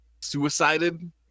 suicided